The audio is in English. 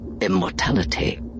immortality